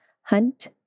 Hunt